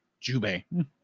Jube